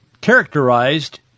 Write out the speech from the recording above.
characterized